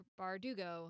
Bardugo